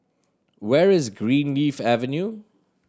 where is Greenleaf Avenue